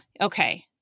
Okay